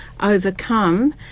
overcome